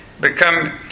become